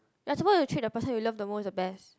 you're supposed to treat the person you love the most and the best